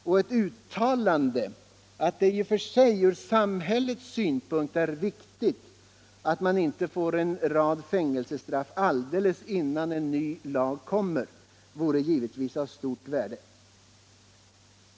Och ett uttalande att det i och för sig från samhällets synpunkt är viktigt att man inte får en rad fäng elsestraff alldeles innan en ny lag kommer vore givetvis av stort värde.